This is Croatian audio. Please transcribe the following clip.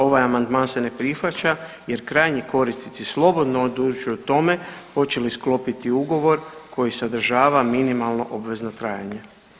Ovaj amandman se ne prihvaća, jer krajnji korisnici slobodno odlučuju o tome hoće li sklopiti ugovor koji sadržava minimalno obvezno trajanje.